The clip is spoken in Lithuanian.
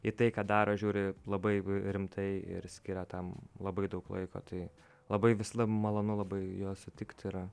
į tai ką daro žiūri labai rimtai ir skiria tam labai daug laiko tai labai visada malonu labai juos sutikt yra